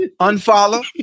Unfollow